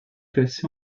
classée